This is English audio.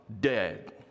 dead